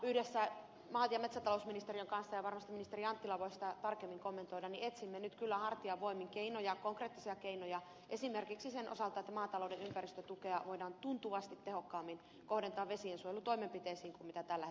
yhdessä maa ja metsätalousministeriön kanssa ja varmasti ministeri anttila voi sitä tarkemmin kommentoida etsimme siihen nyt kyllä hartiavoimin keinoja konkreettisia keinoja esimerkiksi sen osalta että maatalouden ympäristötukea voidaan tuntuvasti tehokkaammin kohdentaa vesiensuojelutoimenpiteisiin kuin mitä tällä hetkellä tapahtuu